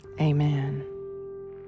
Amen